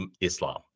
Islam